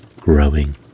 growing